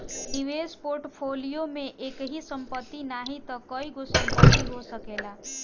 निवेश पोर्टफोलियो में एकही संपत्ति नाही तअ कईगो संपत्ति हो सकेला